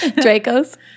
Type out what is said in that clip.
Draco's